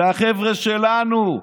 זה החבר'ה שלנו.